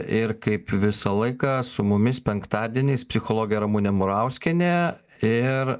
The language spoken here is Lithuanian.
ir kaip visą laiką su mumis penktadieniais psichologė ramunė murauskienė ir